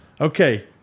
Okay